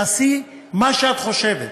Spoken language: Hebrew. תעשי מה שאת חושבת.